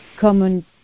common